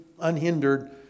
unhindered